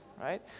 right